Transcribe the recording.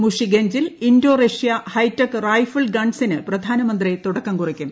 മുഷിഗെഞ്ചിൽ Indo Russia hi-tech rifle ഗൺസിന് പ്രധാനമന്ത്രി തുടക്കം കുറിക്കും